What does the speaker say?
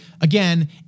again